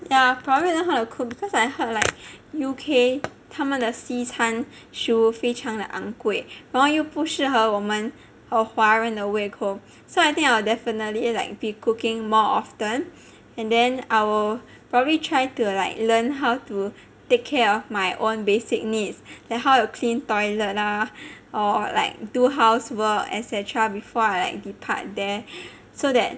ya probably learn how to cook because I heard like U_K 他们的西餐食物非常的昂贵然后又不适合我们华人的胃口 so I think I will definitely like be cooking more often and then I will probably try to like learn how to take care of my own basic needs like how to clean toilet lah or like do housework etc before like I like depart there so that